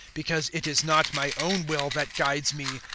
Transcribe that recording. because it is not my own will that guides me,